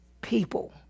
people